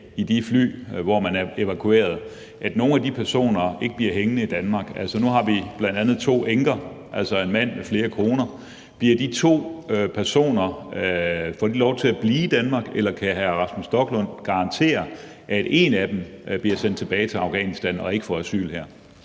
i de fly, der medbragte evakuerede, bliver hængende i Danmark. Nu har vi bl.a. to enker, altså en mand med flere koner, og får de to personer lov til at blive i Danmark, eller kan hr. Rasmus Stoklund garantere, at en af dem bliver sendt tilbage til Afghanistan og ikke får asyl her?